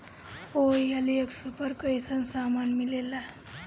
OLX पर कइसन सामान मीलेला?